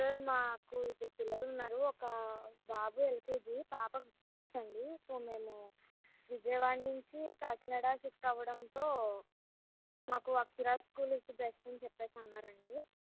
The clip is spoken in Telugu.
సార్ మాకు ఇద్దరు పిల్లలు ఉన్నారు ఒక బాబు ఎల్కెజి పాప ఫిఫ్త్ అండి సో మేము విజయవాడ నుంచి కాకినాడ షిఫ్ట్ అవ్వడంతో మాకు Akshara school is the best అని చెప్పి అన్నారండి